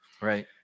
Right